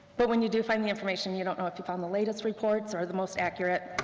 but when you do find the information, you don't know if you've found the latest reports, or the most accurate.